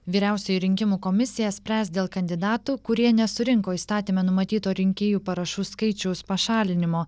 vyriausia rinkimų komisija spręs dėl kandidatų kurie nesurinko įstatyme numatyto rinkėjų parašų skaičiaus pašalinimo